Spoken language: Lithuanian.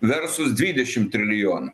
versus dvidešimt trilijonų